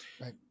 Right